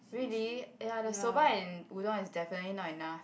really ya the soba and udon is definitely not enough